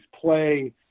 play